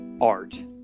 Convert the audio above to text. art